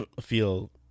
feel